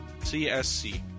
CSC